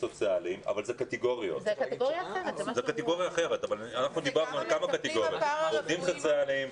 אנחנו דיברנו על כמה קטגוריות: עובדים סוציאליים,